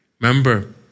Remember